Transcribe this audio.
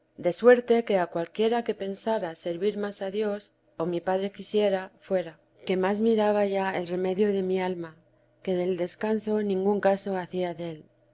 de suerte que a cualquiera que pensara servir más a dios o mí padre quisiera fuera que más miraba ya el remedio de mi alma que del descanso ningún caso hacía del